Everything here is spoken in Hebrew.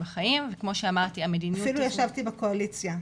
אפילו ישבתי בקואליציה בבושתי.